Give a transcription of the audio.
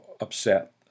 upset